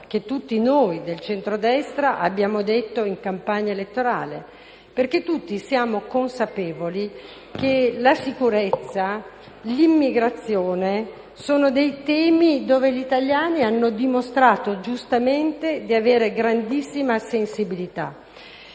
che tutti noi del centrodestra abbiamo detto in campagna elettorale. Tutti siamo consapevoli del fatto che la sicurezza e l'immigrazione sono temi su cui gli italiani hanno dimostrato giustamente di avere grandissima sensibilità;